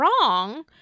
wrong